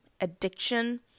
addiction